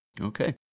Okay